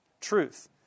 truth